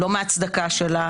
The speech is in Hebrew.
לא מהצדקה שלה,